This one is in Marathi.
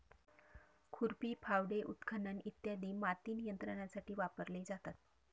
खुरपी, फावडे, उत्खनन इ माती नियंत्रणासाठी वापरले जातात